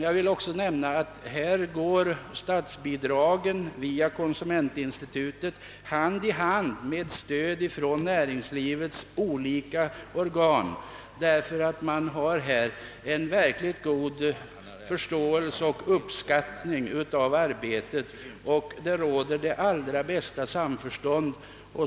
Jag vill också nämna att statsbidragen via konsumentinstitutet här går hand i hand med stöd från näringslivets olika organ, ty man har här en verkligt god förståelse och uppskattning av arbetet, och det råder det allra bästa samförstånd.